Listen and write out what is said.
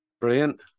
Brilliant